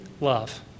love